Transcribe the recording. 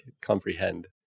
comprehend